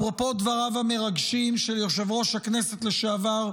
אפרופו דבריו המרגשים של יושב-ראש הכנסת לשעבר,